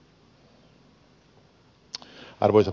arvoisa puhemies